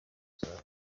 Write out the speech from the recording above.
izamu